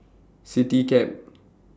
Citycab